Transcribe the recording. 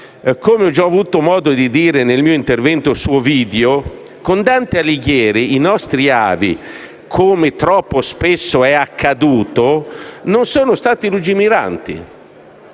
Come già ho avuto modo di dire nel mio intervento su Ovidio, con Dante Alighieri i nostri avi, come troppo spesso è accaduto, non sono stati lungimiranti.